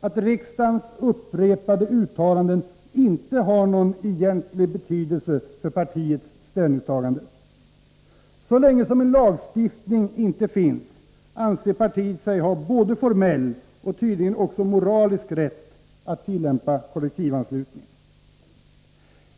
att riksdagens upprepade uttalanden inte har någon egentlig betydelse för partiets ställ ningstagande. Så länge som en lagstiftning inte finns, anser partiet sig ha formell och tydligen också moralisk rätt att tillämpa kollektivanslutningen.